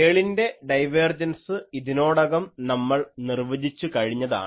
കേളിൻ്റെ divergence ഇതിനോടകം നമ്മൾ നിർവചിച്ചു കഴിഞ്ഞതാണ്